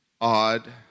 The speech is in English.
odd